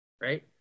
right